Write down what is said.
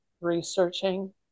researching